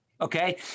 Okay